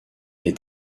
est